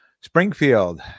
Springfield